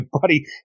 buddy